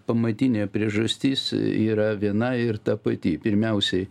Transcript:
pamatinė priežastis yra viena ir ta pati pirmiausiai